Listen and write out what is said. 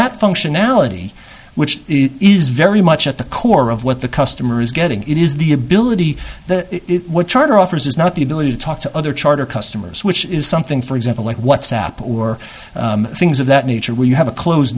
that functionality which is very much at the core of what the customer is getting it is the ability that what charter offers is not the ability to talk to other charter customers which is something for example like whatsapp or things of that nature where you have a close